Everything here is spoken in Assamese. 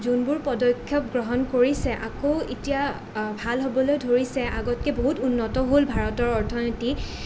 যোনবোৰ পদক্ষেপ গ্ৰহণ কৰিছে আকৌ এতিয়া ভাল হ'বলৈ ধৰিছে আগতকৈ বহুত উন্নত হ'ল ভাৰতৰ অৰ্থনীতি